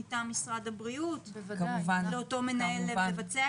מטעם משרד הבריאות שמסייע לאותו מנהל לבצע את זה?